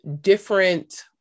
different